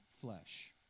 flesh